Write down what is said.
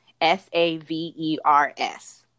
S-A-V-E-R-S